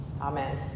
Amen